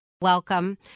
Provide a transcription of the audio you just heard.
Welcome